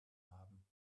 haben